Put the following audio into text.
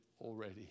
already